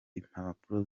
impapuro